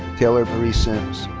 taylor marie sims.